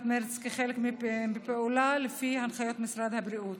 מרץ כחלק מפעולה לפי הנחיות משרד הבריאות.